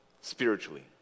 spiritually